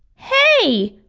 hey!